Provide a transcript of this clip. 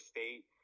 State